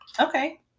Okay